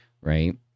Right